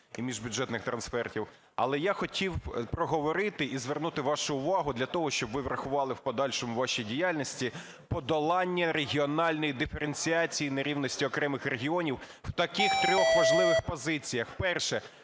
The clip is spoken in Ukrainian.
і міжбюджетних трансфертів. Але я хотів проговорити і звернути вашу увагу, для того, щоб ви врахували в подальшому у вашій діяльності, подолання регіональних диференціацій нерівності окремих регіонів в таких трьох важливих позиціях. Перше